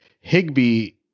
Higby